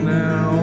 now